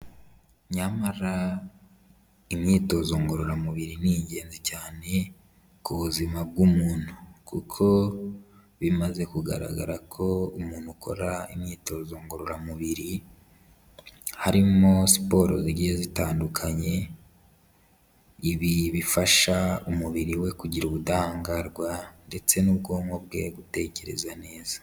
Nyamara imyitozo ngororamubiri ni ingenzi cyane ku buzima bw'umuntu. Kuko bimaze kugaragara ko umuntu ukora imyitozo ngororamubiri, harimo siporo zigiye zitandukanye, ibi bifasha umubiri we kugira ubudahangarwa ndetse n'ubwonko bwe gutekereza neza.